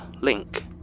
link